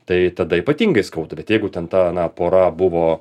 tai tada ypatingai skaudu bet jeigu ten ta ana pora buvo